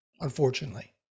unfortunately